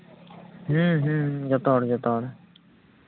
ᱦᱮᱸ ᱦᱮᱸ ᱡᱚᱛᱚ ᱦᱚᱲ ᱡᱚᱛᱚ ᱦᱚᱲ